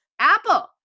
Apple